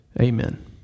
amen